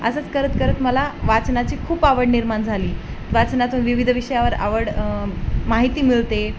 असंच करत करत मला वाचनाची खूप आवड निर्माण झाली वाचनातून विविध विषयावर आवड माहिती मिळते